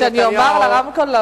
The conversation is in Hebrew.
שאני אומר לפרוטוקול?